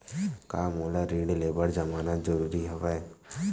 का मोला ऋण ले बर जमानत जरूरी हवय?